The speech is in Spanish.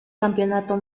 campeonato